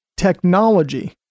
Technology